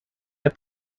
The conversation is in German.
app